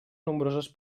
nombroses